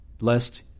lest